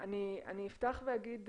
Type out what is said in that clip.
אני אפתח ואגיד,